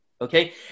Okay